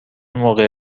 موقع